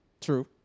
True